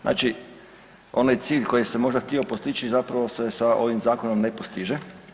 Znači onaj cilj koji se možda htio postići zapravo se sa ovim zakonom ne postiže.